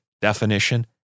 definition